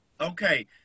Okay